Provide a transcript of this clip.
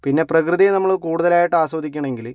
പിന്നെ പ്രകൃതിയെ നമ്മള് കൂടുതലായിട്ട് ആസ്വദിക്കണങ്കില്